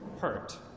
hurt